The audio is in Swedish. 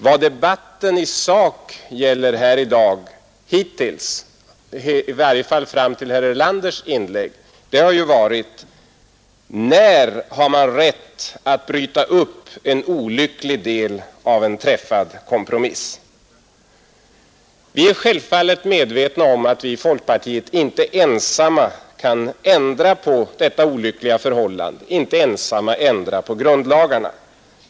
Vad debatten i sak har gällt hittills — i varje fall fram till herr Erlanders inlägg — har ju varit: När har man rätt att bryta upp en olycklig del av en träffad kompromiss? Vi är självfallet medvetna om att vi i folkpartiet inte ensamma kan ändra på detta olyckliga förhållande, inte ensamma kan ändra på grundlagarna.